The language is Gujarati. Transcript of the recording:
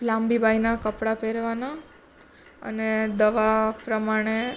લાંબી બાયનાં કપડાં પહેરવાનાં અને દવા પ્રમાણે